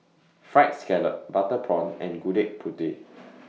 Fried Scallop Butter Prawn and Gudeg Putih